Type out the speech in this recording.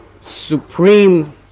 supreme